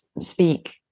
speak